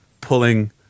pulling